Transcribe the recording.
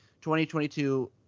2022